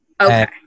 Okay